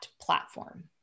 platform